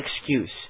excuse